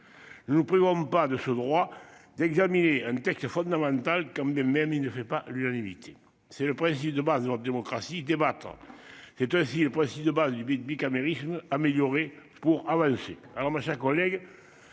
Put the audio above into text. Nous privons pas de ce droit d'examiner un texte fondamental comme des même il ne fait pas l'unanimité, c'est le principe de base de notre démocratie débattre. C'est ainsi le processus de. Bicamérisme améliorer pour avancer.